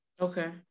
Okay